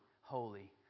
holy